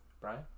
Brian